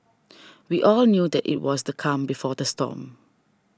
we all knew that it was the calm before the storm